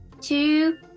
two